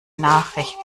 nachricht